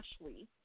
Ashley